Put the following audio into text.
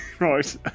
Right